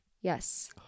Yes